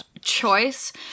Choice